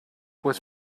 was